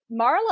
Marla